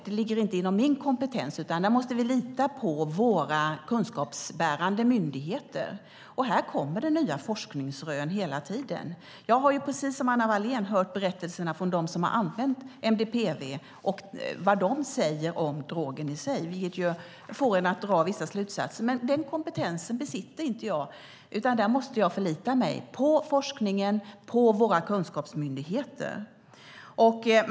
Det ligger inte inom min kompetens, utan där måste vi lita på våra kunskapsbärande myndigheter, och här kommer det nya forskningsrön hela tiden. Jag har, precis som Anna Wallén, hört berättelser från dem som använt MDPV och vad de säger om drogen i sig, vilket ju får en att dra vissa slutsatser. Men den kompetensen besitter inte jag, utan där måste jag förlita mig på forskningen och på våra kunskapsmyndigheter.